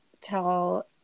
tell